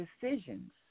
decisions